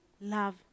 love